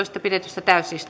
pidetyssä täysistunnossa